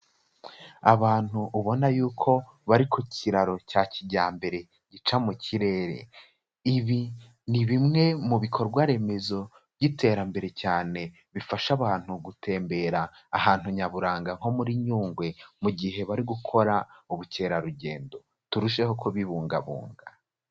Abantu ubona y'uko bari ku kiraro cya kijyambere gica mu kirere, ibi ni bimwe mu bikorwa remezo by'iterambere cyane bifasha abantu gutembera ahantu nyaburanga nko muri nyungwe mu gihe bari gukora ubukerarugendo, turusheho kubibungabunga.